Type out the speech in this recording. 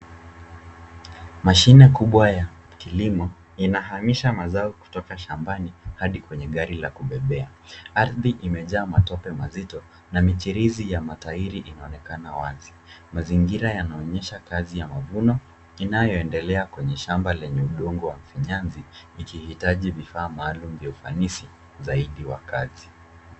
Mashine kubwa ya kilimo inahamisha mazao kutoka shambani hadi kwenye gari la kubebea. Ardhi imejaa matope mazito na michirizi ya matairi inaonekana wazi. Mazingira yanaonyesha kazi ya mavuno inayoendelea kwenye shamba lenye udongo wa mfinyanzi ikihitaji vifaa maalum vya ufanisi zaidi wa kazi.